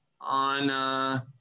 on